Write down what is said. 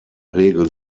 regel